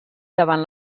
davant